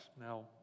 Now